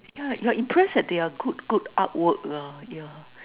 yeah you are impressed at their good good art work uh yeah